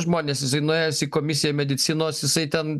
žmonės jisai nuėjęs į komisiją medicinos jisai ten